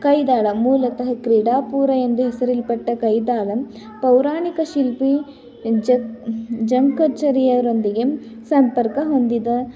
ಕೈದಾಳ ಮೂಲತಃ ಕ್ರೀಡಾಪುರ ಎಂದು ಹೆಸರಿಸಲ್ಪಟ್ಟ ಕೈದಾಲಮ್ ಪೌರಾಣಿಕ ಶಿಲ್ಪಿ ಜಕ್ ಜಂಕಚರ್ಯರೊಂದಿಗೆ ಸಂಪರ್ಕ ಹೊಂದಿದ